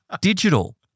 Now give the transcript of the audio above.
Digital